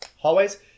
Hallways